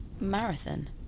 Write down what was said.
marathon